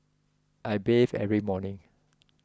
I bathe every morning